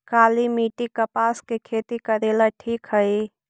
काली मिट्टी, कपास के खेती करेला ठिक हइ?